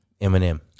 Eminem